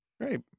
Great